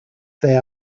they